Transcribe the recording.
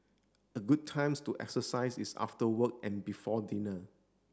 a good times to exercise is after work and before dinner